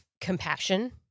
compassion